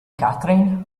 catherine